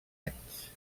anys